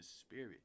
spirit